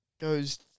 goes